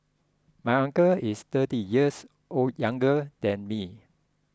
my uncle is thirty years old younger than me